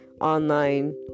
online